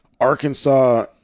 Arkansas